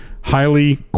highly